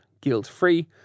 guilt-free